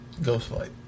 Ghostlight